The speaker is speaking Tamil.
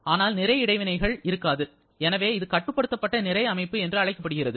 ஆனால் நிறை இடைவினைகள் இருக்காது எனவே இது கட்டுப்படுத்தப்பட்ட நிறை அமைப்பு என்று அழைக்கப்படுகிறது